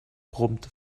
brummte